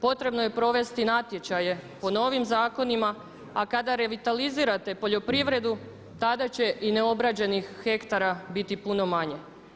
Potrebno je provesti natječaje po novim zakonima, a kada revitalizirate poljoprivredu tada će i neobrađenih hektara biti puno manje.